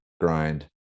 grind